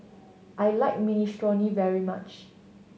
I like Minestrone very much